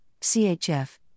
CHF